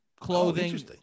Clothing